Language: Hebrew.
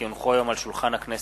כי הונחו היום על שולחן הכנסת,